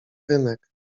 rynek